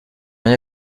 rien